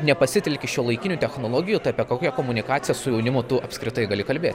nepasitelki šiuolaikinių technologijų tai apie kokią komunikaciją su jaunimu tu apskritai gali kalbėt